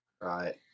Right